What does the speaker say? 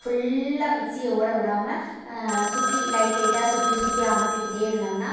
ஃபுல்லாக மிக்ஸியை ஓட விடாமல் சுற்றி லைட் லைட்டாக சுற்றி சுற்றி அமத்திக்கிட்டே இருந்தோம்னா